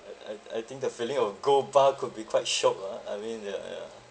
and I I think the feeling of a gold bar could be quite shiok lah I mean ya ya